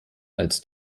als